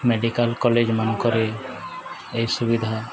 medical କଲେଜମାନଙ୍କରେ ଏ ସୁବିଧା